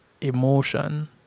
emotion